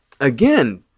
again